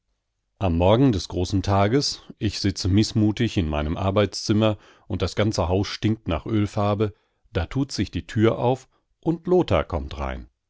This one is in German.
am morgen des großen tages ich sitze mißmutig in meinem arbeitszimmer und das ganze haus stinkt nach ölfarbe da tut sich die tür auf und lothar kommt